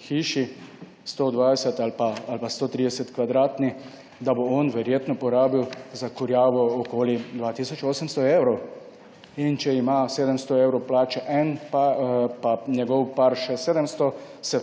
120 ali pa 130 kvadratni, da bo on verjetno porabil za kurjavo okoli 2 tisoč 800. In če ima 700 evrov plače en, pa njegov par še 700,